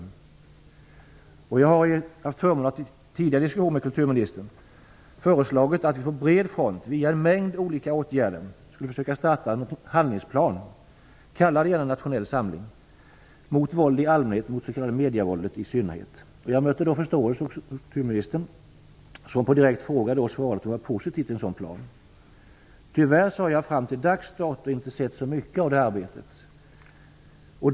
Jag har tidigare haft förmånen att ha diskussioner med kulturministern och har då föreslagit att vi på bred front, via en mängd olika åtgärder, skall försöka starta en handlingsplan - kalla det gärna för nationell samling - mot våld i allmänhet och mot s.k. medievåld i synnerhet. Jag har mött förståelse hos kulturministern, som på en direkt fråga svarat att hon är positiv till en sådan plan. Tyvärr har jag till dags dato inte sett så mycket av det arbetet.